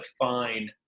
define